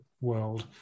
World